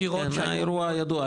האירוע ידוע,